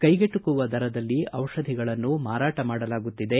ಕೈಗೆಟಕುವ ದರದಲ್ಲಿ ದಿಷಧಿಗಳನ್ನು ಮಾರಾಟ ಮಾಡಲಾಗುತ್ತಿದೆ